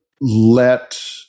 let